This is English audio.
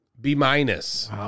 b-minus